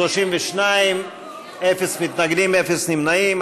32. אין מתנגדים, אין נמנעים.